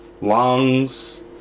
lungs